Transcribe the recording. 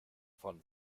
von